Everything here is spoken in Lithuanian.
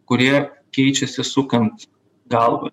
kurie keičiasi sukant galvą